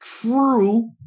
true